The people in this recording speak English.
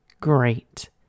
great